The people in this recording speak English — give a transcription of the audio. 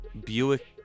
Buick